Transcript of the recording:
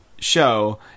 show